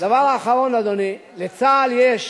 דבר אחרון, אדוני, לצה"ל יש